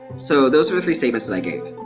so those were the three statements that i gave.